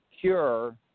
cure